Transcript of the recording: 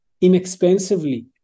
inexpensively